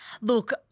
Look